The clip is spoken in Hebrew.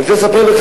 היית מגן, אם תהיה,